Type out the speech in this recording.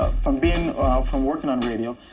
from being from working on radio,